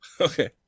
okay